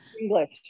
English